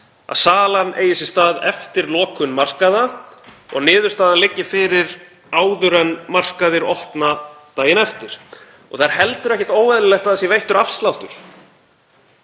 að salan eigi sér stað eftir lokun markaða og niðurstaða liggi fyrir áður en markaðir opna daginn eftir. Og það er heldur ekkert óeðlilegt að veittur sé afsláttur.